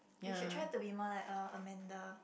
we should be try to be more like uh Amanda